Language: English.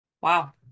Wow